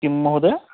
किं महोदयः